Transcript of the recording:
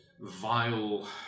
vile